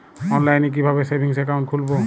অনলাইনে কিভাবে savings account খুলবো?